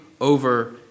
over